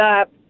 up